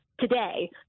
Today